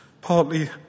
partly